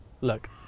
Look